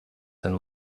and